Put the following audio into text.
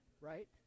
right